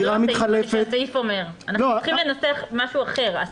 אנחנו צריכים לנסח משהו אחר.